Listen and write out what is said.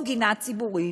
או גינה ציבורית,